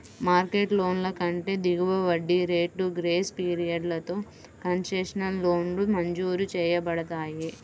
market లోన్ల కంటే దిగువ వడ్డీ రేట్లు, గ్రేస్ పీరియడ్లతో కన్సెషనల్ లోన్లు మంజూరు చేయబడతాయి